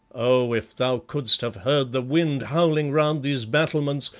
oh! if thou couldst have heard the wind howling round these battlements,